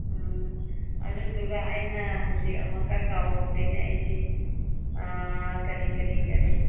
ꯎꯝ ꯑꯗꯨꯗꯨꯒ ꯑꯩꯅ ꯍꯧꯖꯤꯛ ꯑꯃꯨꯛꯀ ꯀꯥꯎꯍꯧꯔꯦꯅꯦ ꯑꯩꯁꯤ ꯑꯥ ꯀꯔꯤ ꯀꯔꯤ ꯀꯔꯤ